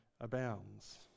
abounds